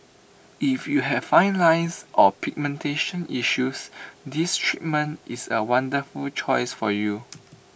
if you have fine lines or pigmentation issues this treatment is A wonderful choice for you